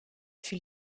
fut